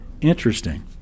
Interesting